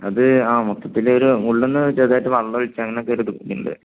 അത് ആ മൊത്തത്തിൽ ഒരു ഉള്ളിൽ നിന്ന് ചെറുതായിട്ട് വെള്ളം ഒഴിച്ച് അങ്ങനെ ഒരു ഇതൊക്കെ ഉണ്ട്